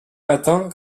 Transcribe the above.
matin